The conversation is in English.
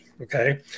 Okay